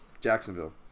Jacksonville